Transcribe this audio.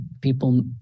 people